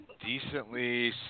decently